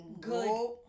good